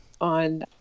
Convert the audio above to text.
on